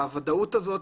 הוודאות הזאת,